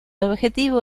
objetivo